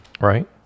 right